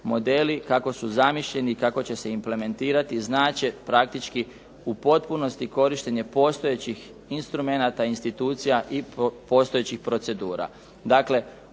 kako su zamišljeni i kako će se implementirati znače praktički u potpunosti korištenje postojećih instrumenata, institucija i postojećih procedura.